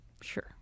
Sure